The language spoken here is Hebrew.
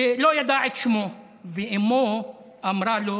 שלא ידע את שמו, ואימו אמרה לו